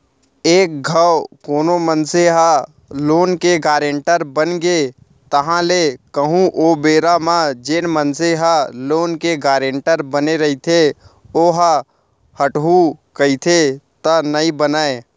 एक घांव कोनो मनसे ह लोन के गारेंटर बनगे ताहले कहूँ ओ बेरा म जेन मनसे ह लोन के गारेंटर बने रहिथे ओहा हटहू कहिथे त नइ बनय